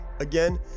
Again